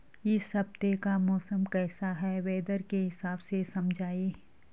इस हफ्ते का मौसम कैसा है वेदर के हिसाब से समझाइए?